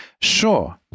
Sure